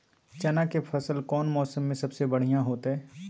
चना के फसल कौन मौसम में सबसे बढ़िया होतय?